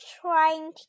trying